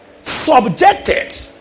subjected